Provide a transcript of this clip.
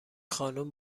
خانم